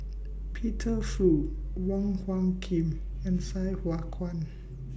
Peter Fu Wong Hung Khim and Sai Hua Kuan